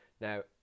Now